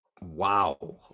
Wow